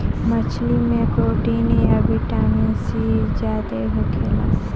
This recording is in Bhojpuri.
मछली में प्रोटीन आ विटामिन सी ज्यादे होखेला